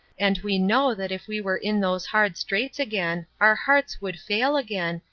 and we know that if we were in those hard straits again our hearts would fail again,